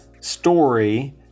story